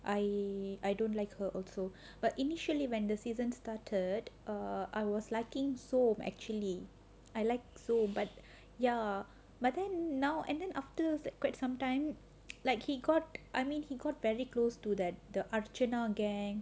I I don't like her also but initially when the season started err I was liking so actually I like so but ya but then now and then after that quite sometime like he got I mean he got very close to that the original gang